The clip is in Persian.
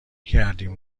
کردیم